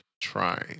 trying